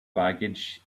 baggage